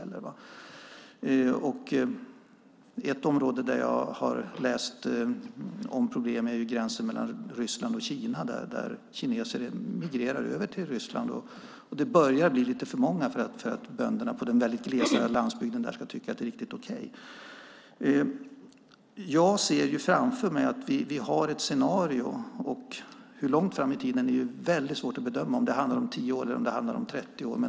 Ett område där det finns problem, som jag har läst om, är gränsen mellan Ryssland och Kina där kineser migrerar över till Ryssland. Det börjar bli lite för många för att bönderna på den glesa landsbygden där ska tycka att det är okej. Jag ser ett scenario framför mig, men hur långt fram i tiden är det väldigt svårt att bedöma. Det handlar om 10 år eller 30 år.